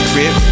rip